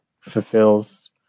fulfills